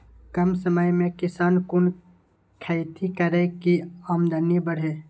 कम समय में किसान कुन खैती करै की आमदनी बढ़े?